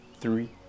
three